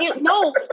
no